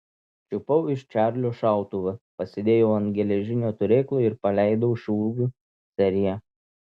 čiupau iš čarlio šautuvą pasidėjau ant geležinio turėklo ir paleidau šūvių seriją